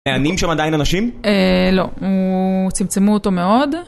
נהנים שם עדיין אנשים? אה... לא. הוא... צמצמו אותו מאוד.